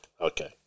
okay